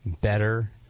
better